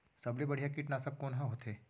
सबले बढ़िया कीटनाशक कोन ह होथे?